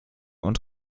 und